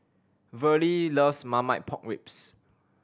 Verle loves Marmite Pork Ribs